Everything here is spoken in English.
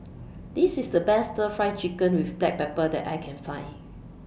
This IS The Best Stir Fry Chicken with Black Pepper that I Can Find